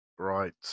Right